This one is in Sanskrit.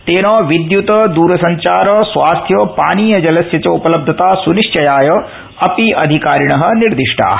तेन विद्युत दूरसंचार स्वास्थ्य पानीय जलस्य च उपलब्धता सुनिश्चयाय अपि अधिकारिणः निर्दिष्टाः